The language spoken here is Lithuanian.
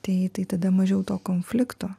tai tai tada mažiau to konflikto